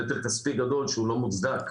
נטל כספי גדול ולא מוצדק.